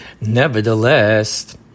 Nevertheless